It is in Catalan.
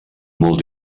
molt